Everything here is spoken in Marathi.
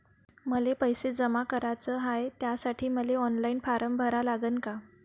मले पैसे जमा कराच हाय, त्यासाठी मले ऑनलाईन फारम भरा लागन का?